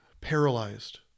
paralyzed